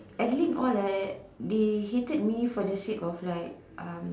Adeline all that they hated me for the sake of like um